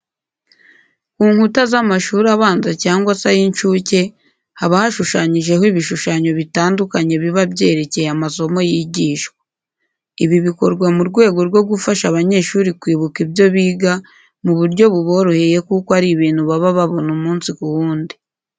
Ku nkuta z'amashuri abanza cyangwa se ay'incuke haba hashushanyijeho ibishushanyo bitandukanye biba byerekeye amasomo yigishwa. Ibi bikorwa mu rwego rwo gufasha abanyeshuri kwibuka ibyo biga mu buryo buboroheye kuko ari ibintu baba babona umunsi ku wundi.